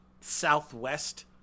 southwest